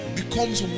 becomes